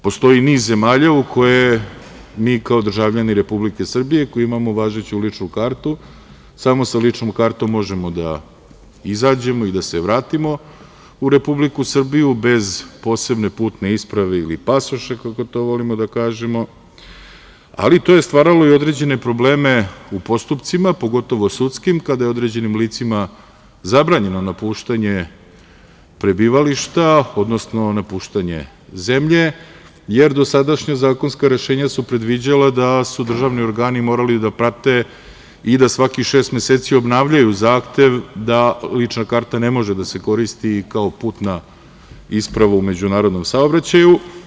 Postoji niz zemalja u koje mi kao državljani Republike Srbije koji imamo važeću ličnu kartu samo sa ličnom kartom možemo da izađemo i da se vratimo u Republiku Srbiju, bez posebne putne isprave ili pasoša, kako to volimo da kažemo, ali to je stvaralo i određene probleme u postupcima, pogotovo sudskim, kada je određenim licima zabranjeno napuštanje prebivališta, odnosno napuštanje zemlje, jer dosadašnja zakonska rešenja su predviđala da su državni organi morali da prate i da svakih šest meseci obnavljaju zahtev da lična karta ne može da se koristi kao putna isprava u međunarodnom saobraćaju.